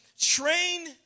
train